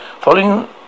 following